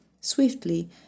swiftly